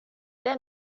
der